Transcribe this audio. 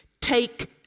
Take